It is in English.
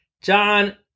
John